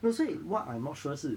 no 所以 what I'm not sure 是